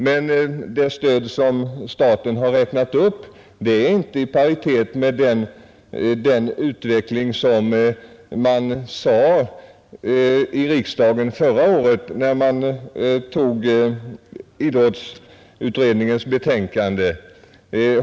Men det stöd som staten har räknat upp är inte i paritet med den utveckling som man talade om i riksdagen förra året när man antog idrottsutredningens betänkande.